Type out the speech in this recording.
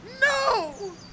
No